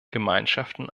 gemeinschaften